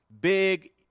Big